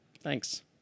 Thanks